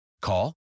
Call